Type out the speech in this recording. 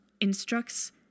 instructs